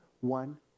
One